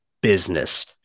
business